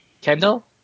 Kendall